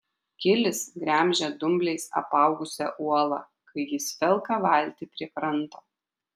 kilis gremžia dumbliais apaugusią uolą kai jis velka valtį prie kranto